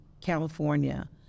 California